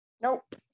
Nope